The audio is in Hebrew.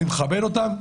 אני מכבד אותם,